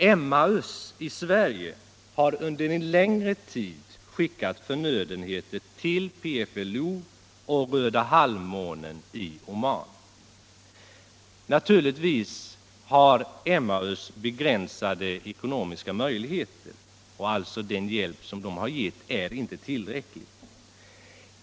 Emmaus i Sverige har under en längre tid skickat förnödenheter till PFLO och Röda halvmånen i Oman. Naturligtvis har Emmaus begränsade ekonomiska möjligheter, och den hjälp som Emmaus har givit är alltså inte ullräcklig.